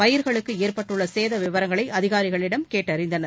பயிர்களுக்கு ஏற்பட்டுள்ள சேத விவரங்களை அதிகாரிகளிடம் கேட்டறிந்தனர்